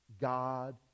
God